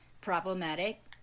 problematic